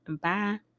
bye